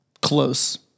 close